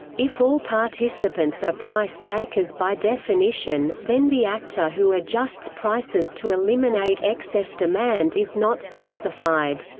if all participants are price-takers by definition, then the actor who adjusts prices to eliminate excess demand is not specified.